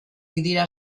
dira